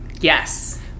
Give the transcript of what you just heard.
yes